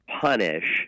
punish